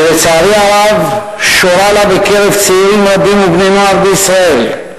שלצערי הרב שורה לה בקרב צעירים רבים ובני-נוער בישראל,